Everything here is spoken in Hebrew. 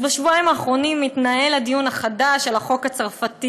בשבועיים האחרונים התנהל הדיון החדש על החוק הצרפתי,